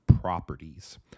properties